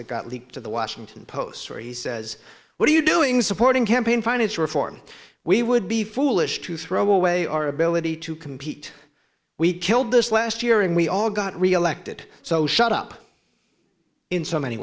that got leaked to the washington post where he says what are you doing supporting campaign finance reform we would be foolish to throw away our ability to compete we killed this last year and we all got reelected so shut up in so many